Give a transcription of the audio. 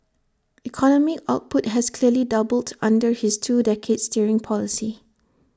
economic output has nearly doubled under his two decades steering policy